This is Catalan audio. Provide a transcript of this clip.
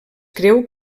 creu